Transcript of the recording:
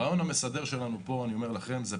הרעיון המסדר הוא פרסונליזציה,